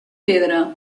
pedra